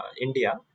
India